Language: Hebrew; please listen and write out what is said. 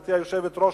גברתי היושבת-ראש,